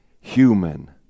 human